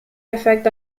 effect